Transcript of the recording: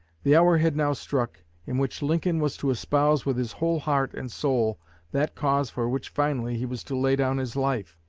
the hour had now struck in which lincoln was to espouse with his whole heart and soul that cause for which finally he was to lay down his life.